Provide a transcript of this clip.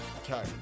Okay